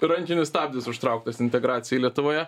rankinis stabdis užtrauktas integracijai lietuvoje